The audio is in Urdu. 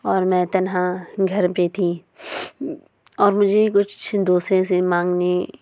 اور میں تنہا گھر پہ تھی اور مجھے کچھ دوسرے سے مانگنی